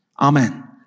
Amen